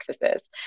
practices